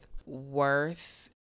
worth